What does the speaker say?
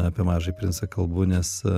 apie mažąjį princą kalbu nes